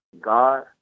God